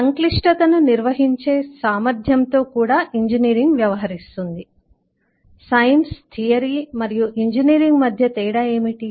సంక్లిష్టతను నిర్వహించే సామర్థ్యంతో కూడా ఇంజనీరింగ్ వ్యవహరిస్తుంది సైన్స్ థియరీ మరియు ఇంజనీరింగ్ మధ్య తేడా ఏమిటి